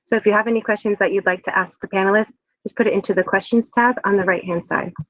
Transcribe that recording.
so if you have any questions that you'd like to ask the panelists just put it into the questions tab on the right-hand side.